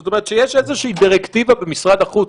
זאת אומרת שיש איזושהי דירקטיבה במשרד החוץ,